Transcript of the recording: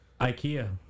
IKEA